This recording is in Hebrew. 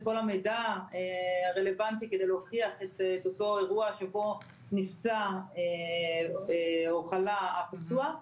כל המידע הרלוונטי כדי להוכיח את אותו אירוע שבו נפצע או חלה הפצוע,